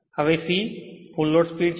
હવે c full load speed છે